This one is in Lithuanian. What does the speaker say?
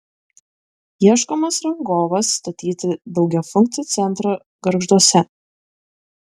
ieškomas rangovas statyti daugiafunkcį centrą gargžduose